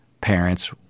parents